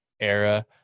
era